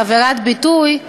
שהיא עבירת ביטוי,